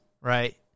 right